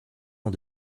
ans